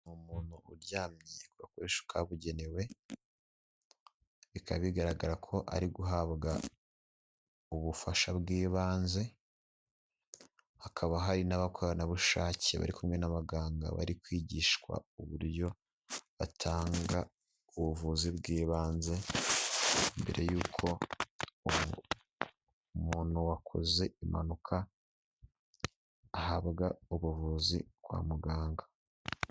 Ni umuntu uryamye ku gakoresho kabugenewe bikaba bigaragara ko ari guhabwa ubufasha bw'ibanze, hakaba hari n'abakonabushake bari kumwe n'abaganga bari kwigishwa uburyo batanga ubuvuzi bw'ibanze, mbere y'uko umuntu wakoze impanuka ahabwa ubuvuzi kwa muganga.